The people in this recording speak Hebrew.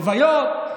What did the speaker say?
לוויות,